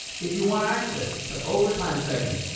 if you want access to overtime segments,